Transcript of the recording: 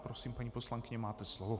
Prosím, paní poslankyně, máte slovo.